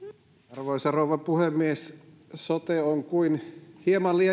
arvoisa rouva puhemies sote on kuin hieman